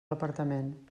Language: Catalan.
departament